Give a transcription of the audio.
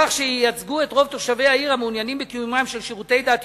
כך שייצגו את רוב תושבי העיר המעוניינים בקיומם של שירותי דת יהודיים,